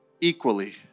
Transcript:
equally